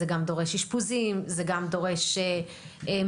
זה גם דורש אשפוזים,